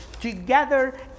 together